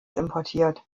importiert